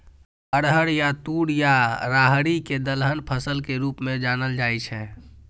अरहर या तूर या राहरि कें दलहन फसल के रूप मे जानल जाइ छै